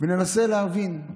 וננסה להבין,